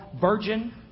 virgin